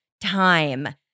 Time